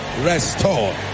Restore